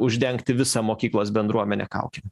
uždengti visą mokyklos bendruomenę kaukėm